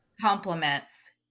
compliments